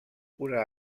una